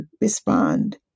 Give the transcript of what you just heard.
respond